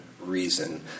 reason